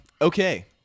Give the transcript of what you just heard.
okay